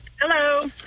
Hello